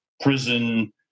prison